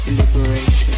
liberation